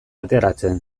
ateratzen